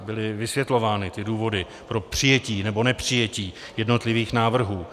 Byly vysvětlovány důvody pro přijetí nebo nepřijetí jednotlivých návrhů.